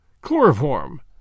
chloroform